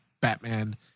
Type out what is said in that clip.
Batman